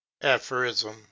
aphorism